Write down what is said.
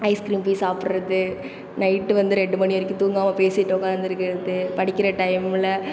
ice cream போய் சாப்புறது night வந்து ரெண்டு மணி வரைக்கும் தூங்காமல் பேசிட்டு உட்காந்து இருக்கறது படிக்கிற டைம்மில்